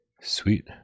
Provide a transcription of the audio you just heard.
Sweet